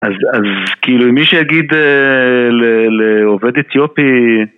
אז כאילו מי שיגיד לעובד אתיופי...